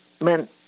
meant